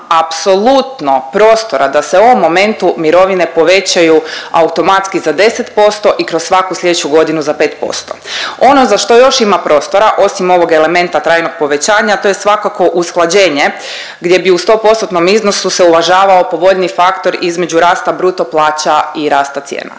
apsolutno prostora da se u ovom momentu mirovine povećaju automatski za 10% i kroz svaku sljedeću godinu za 5%. Ono za što još ima prostora osim ovog elementa trajnog povećavanja to je svakako usklađenje gdje bi u sto postotnom iznosu se uvažavao povoljniji faktor između rasta bruto plaća i rasta cijena.